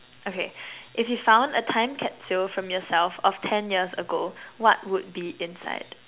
okay if you found a time capsule from yourself of ten years ago what would be inside